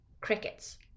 crickets